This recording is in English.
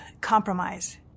compromise